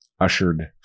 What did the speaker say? ushered